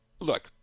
look